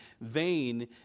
Vain